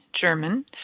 German